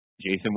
Jason